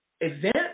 event